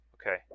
Okay